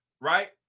right